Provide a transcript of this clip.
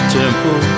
temple